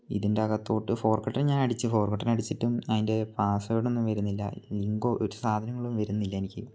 ഇതിൻ്റെ അകത്തോട്ട് ഫോർഗോട്ടൻ ഞാൻ അടിച്ചു ഫോർഗട്ടൻ അടിച്ചിട്ടും അതിൻ്റെ പാസ്വേഡൊന്നും വരുന്നില്ല ലിങ്കോ ഒരു സാധനങ്ങളും വരുന്നില്ല എനിക്ക്